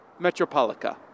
Metropolica